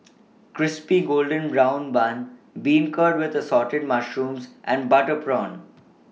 Crispy Golden Brown Bun Beancurd with The Assorted Mushrooms and Butter Prawn